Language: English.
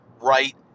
Right